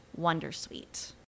Wondersuite